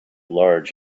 large